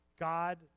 God